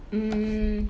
mm